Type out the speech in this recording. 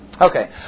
Okay